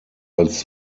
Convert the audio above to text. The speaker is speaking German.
als